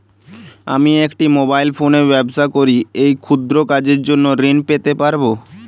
আমি একটি মোবাইল ফোনে ব্যবসা করি এই ক্ষুদ্র কাজের জন্য ঋণ পেতে পারব?